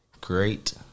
great